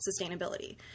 sustainability